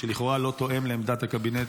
שלכאורה לא תואם את עמדת הקבינט